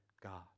God